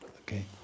okay